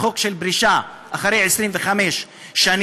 החוק של פרישה אחרי 25 שנים,